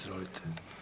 Izvolite.